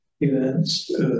events